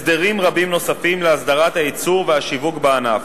הסדרים רבים נוספים להסדרת הייצור והשיווק בענף.